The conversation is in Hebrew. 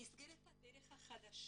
במסגרת "הדרך החדשה"